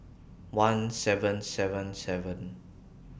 one seven seven seven